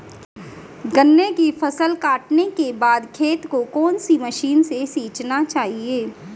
गन्ने की फसल काटने के बाद खेत को कौन सी मशीन से सींचना चाहिये?